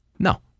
No